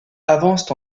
avancent